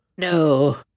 No